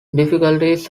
difficulties